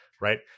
right